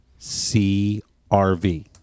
CRV